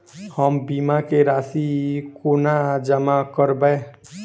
हम बीमा केँ राशि कोना जमा करबै?